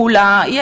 חריגים.